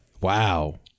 Wow